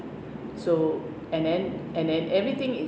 so and then and then everything